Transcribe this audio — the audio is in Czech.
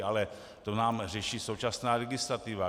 Ale to nám řeší současná legislativa.